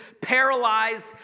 paralyzed